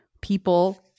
people